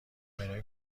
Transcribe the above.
منوی